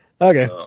Okay